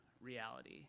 reality